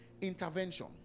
intervention